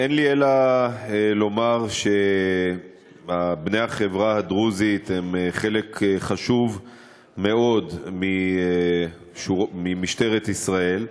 אין לי אלא לומר שבני החברה הדרוזית הם חלק חשוב מאוד ממשטרת ישראל.